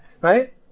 right